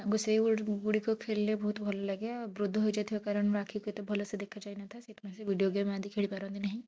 ତାଙ୍କୁ ସେଇ ଗୁଡ଼ି ଗୁଡ଼ିକ ଖେଳିଲେ ବହୁତ ଭଲ ଲାଗେ ଆଉ ବୃଦ୍ଧ ହୋଇଯାଇଥିବା କାରଣରୁ ଆଖିକୁ ଏତେ ଭଲସେ ଦେଖାଯାଇ ନଥାଏ ସେଇଥିପାଇଁ ସେମାନେ ଭିଡ଼ିଓ ଗେମ ଆଦି ଖେଳି ପାରନ୍ତି ନାହିଁ